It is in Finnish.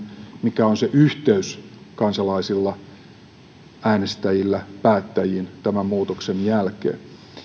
mikä on se yhteys kansalaisilla äänestäjillä päättäjiin tämän muutoksen jälkeen